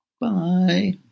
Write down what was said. Bye